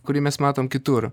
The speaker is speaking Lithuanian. kurį mes matom kitur